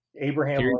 abraham